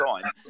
time